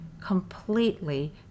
completely